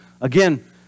Again